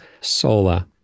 solar